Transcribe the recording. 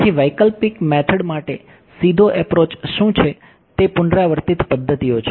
તેથી સીધી પદ્ધતિ પદ્ધતિઓ છે